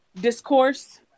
discourse